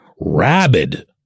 rabid